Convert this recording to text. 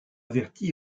avertie